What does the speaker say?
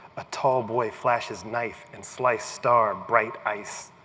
a tall boy flashes knife, and slice star bright ice.